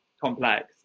complex